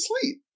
sleep